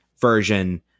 version